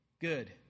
Good